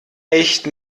echt